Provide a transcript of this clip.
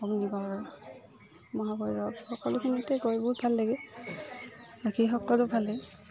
অগ্নিগড় মহাভৈৰৱ সকলোখিনিতে গৈ বহুত ভাল লাগে বাকী সকলো ভালেই